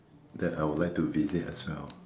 that I would like to visit as well